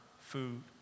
food